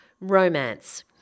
romance